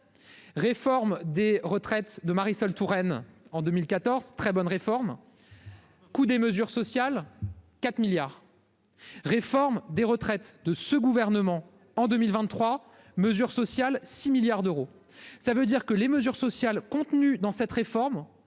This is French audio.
Réforme des retraites de Marisol Touraine, en 2014 très bonne réforme. Coût des mesures sociales 4 milliards. Réforme des retraites de ce gouvernement en 2023 mesures sociales 6 milliards d'euros. Ça veut dire que les mesures sociales contenues dans cette réforme